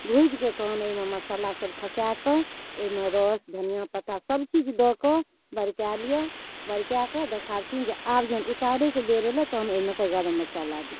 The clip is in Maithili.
भुजिकऽ तहन ओहिमे मसल्लासब खसाकऽ ओहिमे रस धनिआपत्ता सबचीज दऽ कऽ बरका लिअऽ बरकाकऽ देखावटी जे आब जहन उतारैके बेर अएलै तहन ओहिमेके गरम मसल्ला दिही